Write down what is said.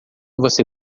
você